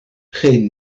geen